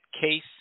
case